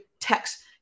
text